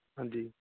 ਹਾਂਜੀ